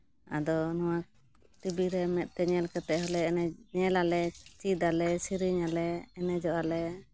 ᱟᱫᱚ ᱱᱚᱣᱟ ᱴᱤᱵᱤ ᱨᱮ ᱢᱮᱫ ᱛᱮ ᱧᱮᱞ ᱠᱟᱛᱮᱫ ᱦᱚᱸᱞᱮ ᱮᱱᱮᱡ ᱧᱮᱞᱟᱞᱮ ᱪᱤᱫᱟᱞᱮ ᱥᱮᱨᱮᱧᱟᱞᱮ ᱮᱱᱮᱡᱚᱜᱼᱟ ᱞᱮ